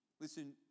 Listen